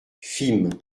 fismes